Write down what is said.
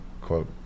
quote